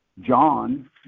John